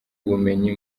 ubumenyi